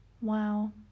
Wow